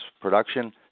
production